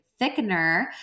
thickener